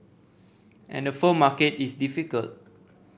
and the phone market is difficult